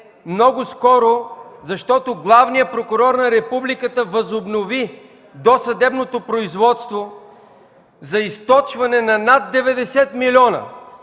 много скоро, защото главният прокурор на Републиката възобнови досъдебното производство за източване на над 90 милиона.